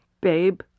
Babe